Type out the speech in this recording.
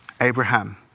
Abraham